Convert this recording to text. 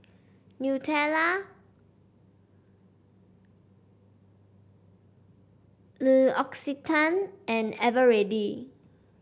Nutella L'Occitane and Eveready